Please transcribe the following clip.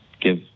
give